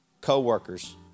co-workers